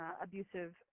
abusive